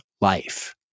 life